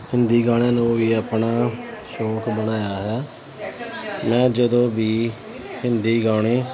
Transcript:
ਹਿੰਦੀ ਗਾਣਿਆਂ ਨੂੰ ਵੀ ਆਪਣਾ ਸ਼ੌਕ ਬਣਾਇਆ ਹੋਇਆ ਮੈਂ ਜਦੋਂ ਵੀ ਹਿੰਦੀ ਗਾਣੇ